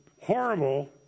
horrible